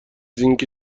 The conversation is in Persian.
اینکه